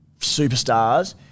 superstars –